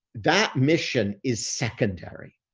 that mission is secondary.